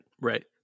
right